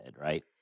right